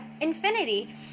infinity